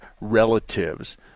relatives